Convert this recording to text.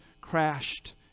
crashed